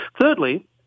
Thirdly